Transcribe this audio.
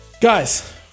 Guys